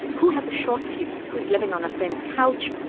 who has a short fuse, who is living on a friend's couch,